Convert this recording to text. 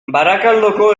barakaldoko